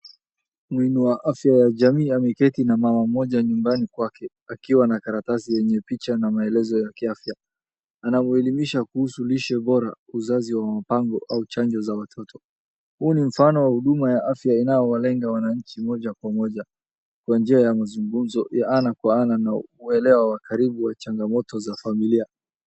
Muinua afya ya jamii ameketi na mama mmoja nyumbani kwake akiwa na karatasi yenye picha na maelezo ya kiafya. Anamuelimisha kuhusu lishe bora, uzazi wa mapango au chanjo za watoto. Huu ni mfano wa huduma ya afya inayowalenga wananchi moja kwa moja kwa njia ya mazungumzo ya ana kwa ana na uelewa wa karibu wa changamoto za familia.